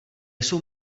jsou